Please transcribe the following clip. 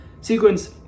Sequence